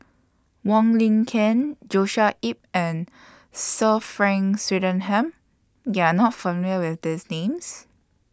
Wong Lin Ken Joshua Ip and Sir Frank Swettenham YOU Are not familiar with These Names